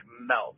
melt